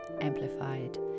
Amplified